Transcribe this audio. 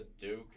Duke